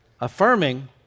affirming